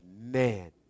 man